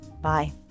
Bye